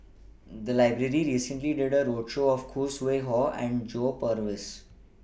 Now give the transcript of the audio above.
The Library recently did A roadshow on Khoo Sui Hoe and John Purvis